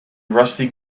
rusty